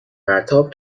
پرتاب